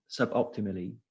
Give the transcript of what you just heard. suboptimally